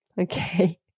Okay